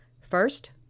First